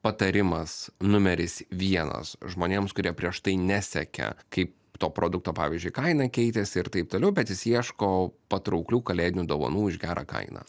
patarimas numeris vienas žmonėms kurie prieš tai nesiekia kaip to produkto pavyzdžiui kaina keitėsi ir taip toliau bet jis ieško patrauklių kalėdinių dovanų už gerą kainą